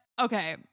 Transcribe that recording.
okay